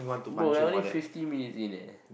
bro we're only fifty minutes in